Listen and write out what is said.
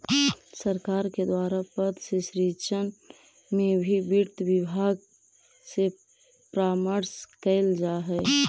सरकार के द्वारा पद के सृजन में भी वित्त विभाग से परामर्श कैल जा हइ